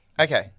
Okay